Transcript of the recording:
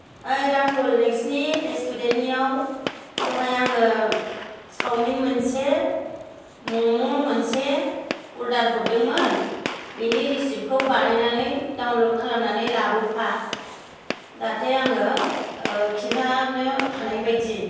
ओइ राहुल नोंसोरनि रेस्टुरेन्तनियाव दहाय आङो चावमिन मोनसे मम' मोनसे अर्दार हरदोंमोन बेनि रिसिप्तिखौ बानायनानै दाउनलद खालामनानै लाबोफा जाहाथे आङो खिन्थानो हानाय बायदि